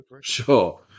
Sure